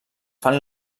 fan